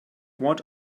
what